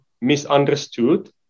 misunderstood